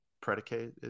predicate